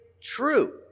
true